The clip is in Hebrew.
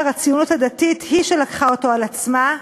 הציונות הדתית היא שלקחה אותה על עצמה,